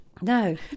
No